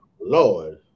lord